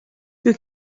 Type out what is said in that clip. you